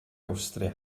awstria